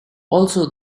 also